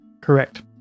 correct